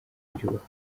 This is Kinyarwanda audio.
byubaka